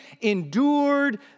endured